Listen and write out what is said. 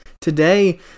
Today